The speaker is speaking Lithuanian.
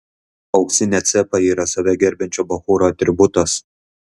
auksinė cepa yra save gerbiančio bachūro atributas